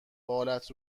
بالت